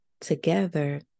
together